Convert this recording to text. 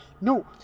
No